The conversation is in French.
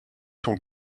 ton